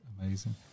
Amazing